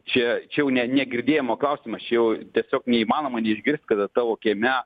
čia čia jau ne negirdėjimo klausimasčia jau tiesiog neįmanoma neišgirsti kada tavo kieme